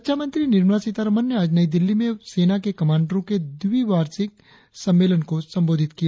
रक्षामंत्री निर्मला सीतारमण ने आज नई दिल्ली में सेना के कमांडरों के द्वि वार्षिक सम्मेलन को संबोधित किया